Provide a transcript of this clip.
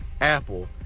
Apple